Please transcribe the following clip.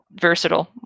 versatile